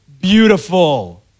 beautiful